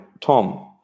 Tom